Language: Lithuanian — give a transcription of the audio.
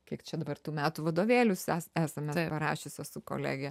kiek čia dabar tų metų vadovėlius esame parašiusios su kolege